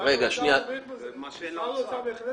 מה שאין לאוצר.